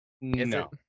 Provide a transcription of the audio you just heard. No